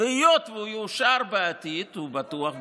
והיות שהוא יאושר בעתיד, הוא בטוח בכך,